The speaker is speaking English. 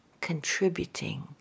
contributing